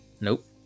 Nope